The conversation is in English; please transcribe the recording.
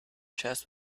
chest